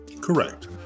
correct